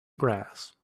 grass